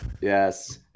Yes